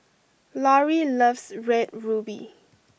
Lorrie loves red ruby